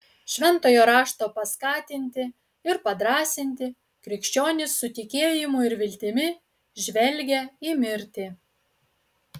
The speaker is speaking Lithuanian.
šventojo rašto paskatinti ir padrąsinti krikščionys su tikėjimu ir viltimi žvelgią į mirtį